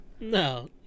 No